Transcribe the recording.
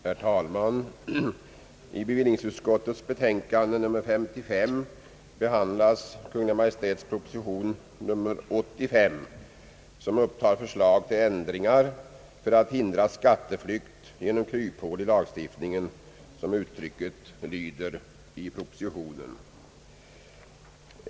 Herr talman! I bevillningsutskottets betänkande nr 55 behandlas Kungl. Maj:ts proposition nr 85 som upptar förslag till ändringar för att hindra skatteflykt genom kryphål i lagstiftningen som uttrycket lyder i propositionen.